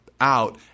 out